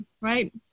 right